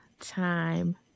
time